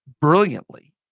brilliantly